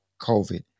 COVID